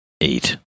Eight